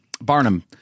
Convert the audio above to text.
Barnum